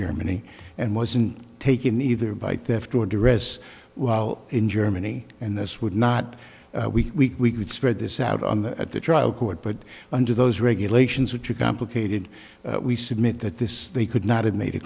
germany and wasn't taken either by theft or duress well in germany and this would not we could spread this out on the at the trial court but under those regulations which are complicated we submit that this they could not have made a